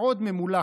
ועוד ממולחת.